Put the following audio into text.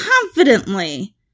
confidently